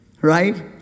right